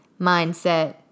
mindset